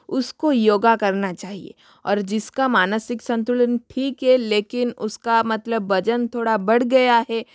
उसको योग करना चाहिए और जिस का मानसिक संतुलन ठीक है लेकिन उसका मतलब वज़न थोड़ा बढ़ गया है